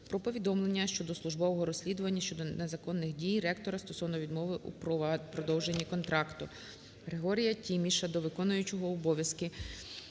про повідомлення щодо службового розслідування щодо незаконних дій ректора стосовно відмови у продовженні контракту. ГригоріяТіміша до виконуючого обов'язки